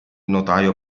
notaio